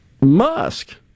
Musk